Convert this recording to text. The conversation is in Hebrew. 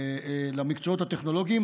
למקצועות הטכנולוגיים.